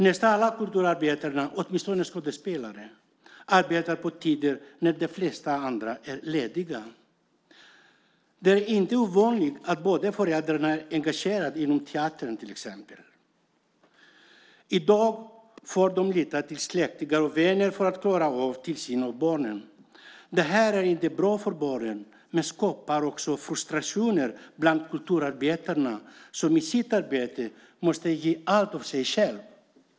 Nästan alla kulturarbetare, åtminstone skådespelare, arbetar på tider när de flesta andra är lediga. Det är inte ovanligt att båda föräldrarna är engagerade inom teatern. I dag får de lita till släktingar och vänner för att klara av tillsynen av barnen. Det är inte bra för barnen, men skapar också frustrationer bland kulturarbetarna som i sitt arbete måste ge allt av sig själva.